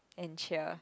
and cheer